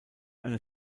eine